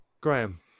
Graham